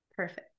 Perfect